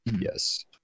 Yes